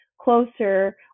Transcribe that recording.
closer